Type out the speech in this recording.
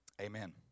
Amen